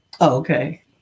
Okay